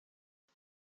det